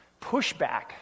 pushback